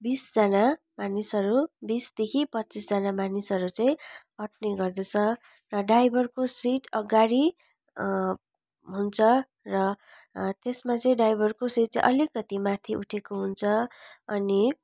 बिसजना मानिसहरू बिसदेखि पच्चिसजना मानिसहरू चाहिँ अट्ँने गर्दछ र ड्राइभरको सिट अघाडि हुन्छ र त्यसमा चाहिँ ड्राइभरको सिट चाहिँ अलिकति माथि उठेको हुन्छ अनि